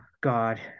god